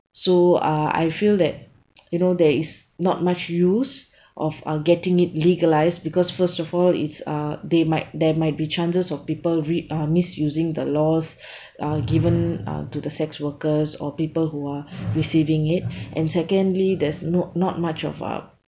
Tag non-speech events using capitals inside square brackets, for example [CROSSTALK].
so uh I feel that you know there is not much use of uh getting it legalised because first of all it's uh they might there might be chances of people re~ uh misusing the laws [BREATH] uh given uh to the sex workers or people who are [BREATH] receiving it and secondly there's not not much of uh